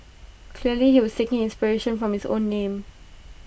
clearly he was thinking inspiration from his own name